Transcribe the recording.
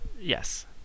Yes